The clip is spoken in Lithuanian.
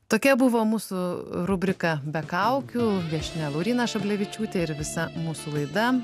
tokia buvo mūsų rubrika be kaukių viešnia lauryna šablevičiūtė ir visa mūsų laida